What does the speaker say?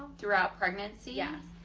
throughout pregnancy? yeah.